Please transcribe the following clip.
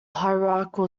hierarchical